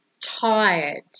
tired